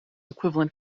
equivalent